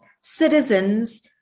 citizens